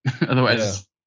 otherwise